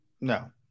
no